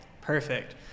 Perfect